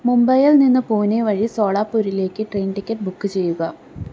മുംബൈയിൽ നിന്ന് പൂനെ വഴി സോളാപൂരിലേക്ക് ട്രെയിൻ ടിക്കറ്റ് ബുക്ക് ചെയ്യുക